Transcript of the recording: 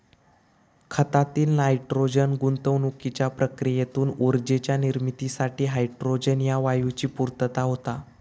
खतातील नायट्रोजन गुंतागुंतीच्या प्रक्रियेतून ऊर्जेच्या निर्मितीसाठी हायड्रोजन ह्या वायूची पूर्तता होता